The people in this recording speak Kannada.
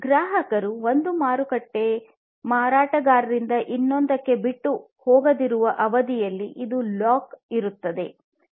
ಗ್ರಾಹಕರು ಒಂದು ಮಾರಾಟಗಾರರಿಂದ ಇನ್ನೊಂದಕ್ಕೆ ಬಿಟ್ಟು ಹೋಗದಿರುವ ಅವಧಿಯಲ್ಲಿ ಒಂದು ಲಾಕ್ ಇರುತ್ತದೆ